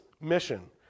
mission